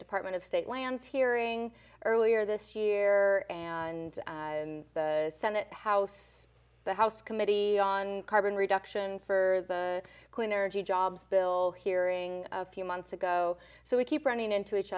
department of state lands hearing earlier this year and the senate house the house committee on carbon reduction for the clean energy jobs bill hearing a few months ago so we keep running into each